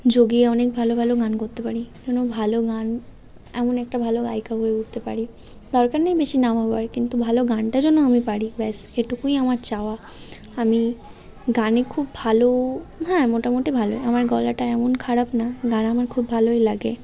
যোগিয়ে অনেক ভালো ভালো গান করতে পারি যেন ভালো গান এমন একটা ভালো গায়িকা হয়ে উঠতে পারি দরকার নেই বেশি নাম হওয়ার কিন্তু ভালো গানটা যেন আমি পারি ব্যস এটুকুই আমার চাওয়া আমি গানে খুব ভালো হ্যাঁ মোটামুটি ভালোই আমার গলাটা এমন খারাপ না গান আমার খুব ভালোই লাগে